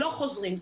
לא חוזרים,